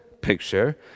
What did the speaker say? picture